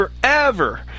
forever